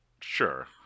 sure